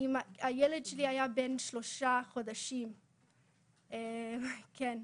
הילד שלי היה בן שלושה חודשים, כן,